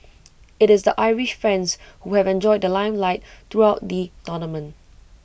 IT is the Irish friends who have enjoyed the limelight throughout the tournament